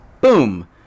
boom